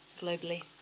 globally